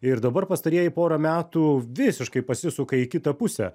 ir dabar pastarieji pora metų visiškai pasisuka į kitą pusę